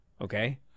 okay